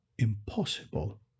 Impossible